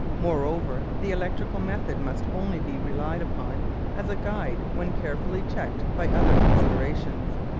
moreover, the electrical method must only be relied upon as a guide when carefully checked by other considerations.